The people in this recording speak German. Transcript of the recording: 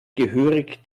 gehörig